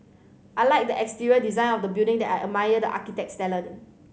I like the exterior design of the building that I admire the architect's talent